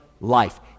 life